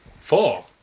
Four